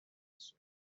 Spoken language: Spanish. sueca